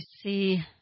see